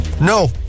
No